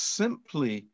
simply